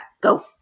go